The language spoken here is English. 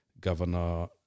Governor